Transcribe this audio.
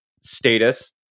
status